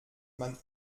man